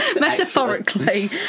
Metaphorically